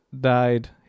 died